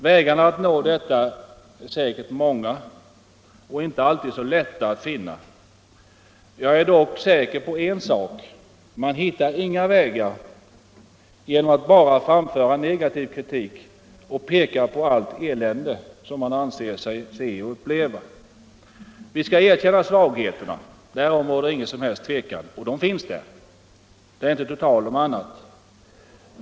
Vägarna att nå detta är säkert många och inte alltid så lätta att finna. Jag är dock säker på en sak. Man hittar inga vägar genom att bara framföra negativ kritik och peka på allt elände man anser sig se och uppleva. Vi skall erkänna svagheterna, därom råder ingen som helst tvekan. De finns där. Det är inte tal om annat.